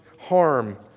harm